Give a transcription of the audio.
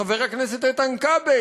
חבר הכנסת איתן כבל,